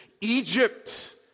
Egypt